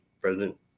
President